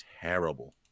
terrible